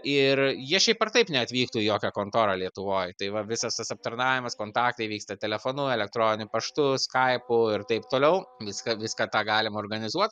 ir jie šiaip ar taip neatvyktų į jokią kontorą lietuvoj tai va visas tas aptarnavimas kontaktai vyksta telefonu elektroniniu paštu skaipu ir taip toliau viską viską tą galim organizuot